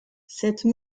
cette